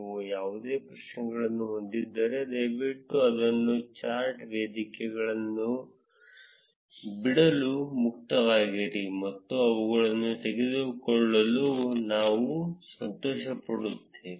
ನೀವು ಯಾವುದೇ ಪ್ರಶ್ನೆಗಳನ್ನು ಹೊಂದಿದ್ದರೆ ದಯವಿಟ್ಟು ಅದನ್ನು ಚರ್ಚಾ ವೇದಿಕೆಯಲ್ಲಿ ಬಿಡಲು ಮುಕ್ತವಾಗಿರಿ ಮತ್ತು ಅವುಗಳನ್ನು ತೆಗೆದುಕೊಳ್ಳಲು ನಾವು ಸಂತೋಷಪಡುತ್ತೇವೆ